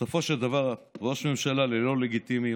בסופו של דבר ראש ממשלה ללא לגיטימיות.